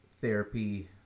therapy